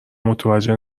متوجه